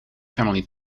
family